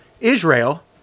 Israel